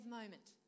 moment